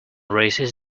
raises